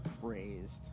praised